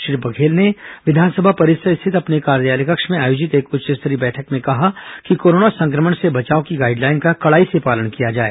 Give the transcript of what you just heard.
श्री बघेल ने विधानसभा परिसर स्थित अपने कार्यालय कक्ष में आयोजित एक उच्च स्तरीय बैठक में कहा कि कोरोना संक्रमण से बचाव की गाइडलाइन का कड़ाई से पालन किया जाए